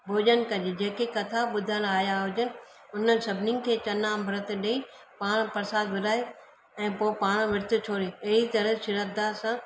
भोजन करिजे जेकी कथा ॿुधन आया हुजनि उन्हनि सभिनीनि खे चर्णा अमृत ॾेई पाण प्रसाद विराहे ऐं पो पाण विर्त छोड़े अहिड़ी तरह श्रद्धा सां